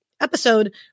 episode